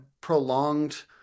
prolonged